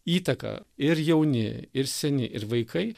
įtaką ir jauni ir seni ir vaikai